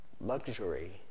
luxury